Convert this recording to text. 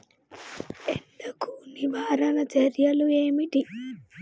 ఎండకు నివారణ చర్యలు ఏమిటి?